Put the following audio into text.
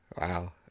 Wow